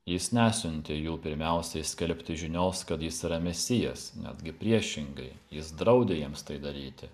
jis nesiuntė jų pirmiausiai skelbti žinios kad jis yra mesijas netgi priešingai jis draudė jiems tai daryti